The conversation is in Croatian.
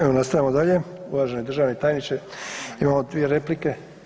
Evo nastavljamo dalje, uvaženi državni tajniče imamo 3 replike.